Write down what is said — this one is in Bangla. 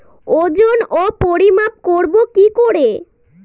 ওজন ও পরিমাপ করব কি করে?